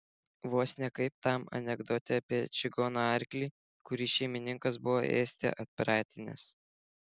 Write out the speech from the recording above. vos ne kaip tam anekdote apie čigono arklį kurį šeimininkas buvo ėsti atpratinęs